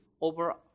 over